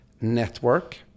network